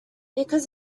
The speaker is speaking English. because